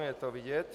Je to vidět.